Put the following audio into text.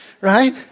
right